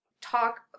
talk